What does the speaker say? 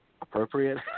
appropriate